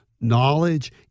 knowledge